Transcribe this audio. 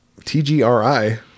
TGRI